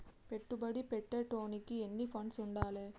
పెట్టుబడి పెట్టేటోనికి ఎన్ని ఫండ్స్ ఉండాలే?